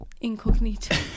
Incognito